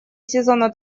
сезона